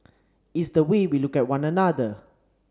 it's the way we look at one another